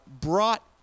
brought